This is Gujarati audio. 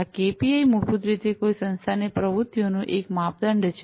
આ કેપીઆઈ મૂળભૂત રીતે કોઈ સંસ્થાની પ્રવૃત્તિઓનું એક માપદંડ છે